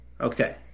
Okay